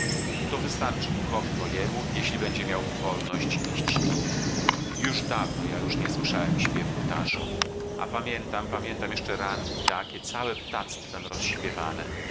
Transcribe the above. to wystarczy duchowi mojemu jeśli będzie miał wolność iść tam jak dawno ja już nie słyszałem śpiewu ptasząt a pamiętam pamiętam jeszcze ranki takie całe ptactwem rozśpiewane